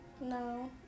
no